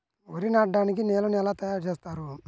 వరి నాటడానికి నేలను ఎలా తయారు చేస్తారు?